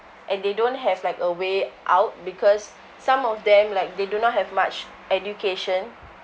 and they don't have like a way out because some of them like they do not have much education